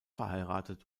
verheiratet